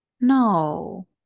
No